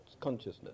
consciousness